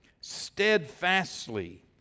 steadfastly